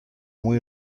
muy